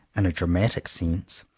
in a dramatic sense,